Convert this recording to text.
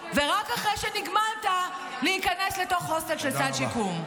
ורק אחרי שנגמלת להיכנס לתוך הוסטל של סל שיקום.